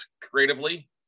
creatively